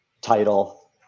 title